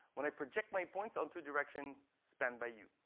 when i project my points onto direction spanned by u.